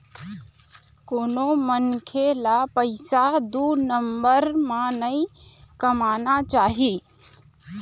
कोनो मनखे ल पइसा दू नंबर म नइ कमाना चाही